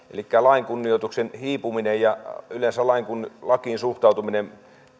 elikkä lain kunnioitus hiipui ja yleensä lakiin suhtautuminen